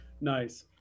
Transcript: nice